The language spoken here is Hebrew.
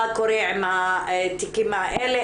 מה קורה עם התיקים האלה?